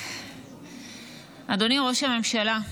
אדוני ראש הממשלה,